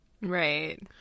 right